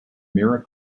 their